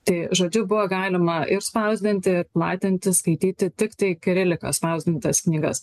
tai žodžiu buvo galima ir spausdinti platinti skaityti tiktai kirilika spausdintas knygas